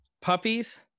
puppies